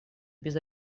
без